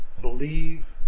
believe